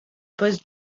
poste